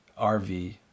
rv